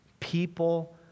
People